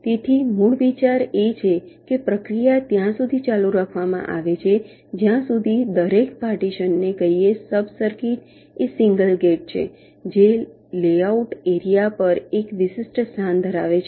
તેથી મૂળ વિચાર એ છે કે પ્રક્રિયા ત્યાં સુધી ચાલુ રાખવામાં આવે છે જ્યાં સુધી દરેક પાર્ટીશનને કહીએ સબ સર્કિટ એ સિંગલ ગેટ છે જે લેઆઉટ એરિયા પર એક વિશિષ્ટ સ્થાન ધરાવે છે